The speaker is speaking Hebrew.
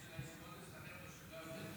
הכסף של הישיבות אצלכם, לא שחררתם.